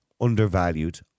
undervalued